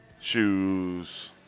shoes